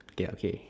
okay lah okay